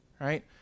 right